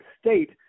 state